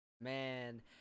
Man